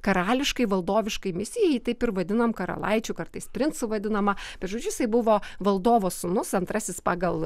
karališkai valdoviškai misijai taip ir vadinam karalaičių kartais princų vadinama tai žodžiu jisai buvo valdovo sūnus antrasis pagal